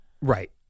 Right